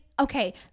Okay